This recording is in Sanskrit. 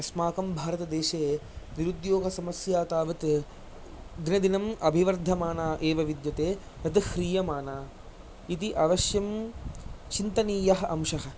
अस्माकं भारतदेशे निरुद्योगसमस्या तावत् दिनदिनम् अभिवर्धमाना एव विद्यते न तु ह्रीयमाना इति अवश्यं चिन्तनीयः अंशः